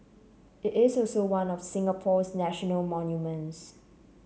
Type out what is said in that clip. it is also one of Singapore's national monuments